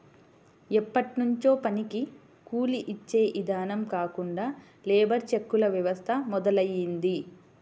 ఎప్పట్నుంచో పనికి కూలీ యిచ్చే ఇదానం కాకుండా లేబర్ చెక్కుల వ్యవస్థ మొదలయ్యింది